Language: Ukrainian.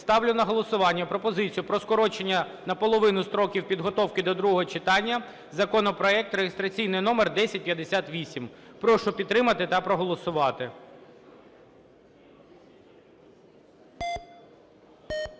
ставлю на голосування пропозицію про скорочення наполовину строків підготовки до другого читання законопроекту (реєстраційний номер 1058). Прошу підтримати та проголосувати. 11:27:08